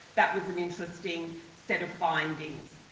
that was an interesting set of findings.